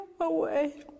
away